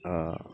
ओ